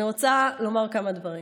אני רוצה לומר כמה דברים.